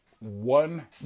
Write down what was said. One